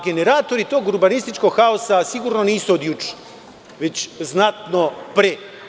Generatori tog urbanističkog haosa sigurno nisu od juče, već znatno pre.